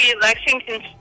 lexington